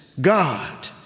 God